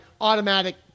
automatic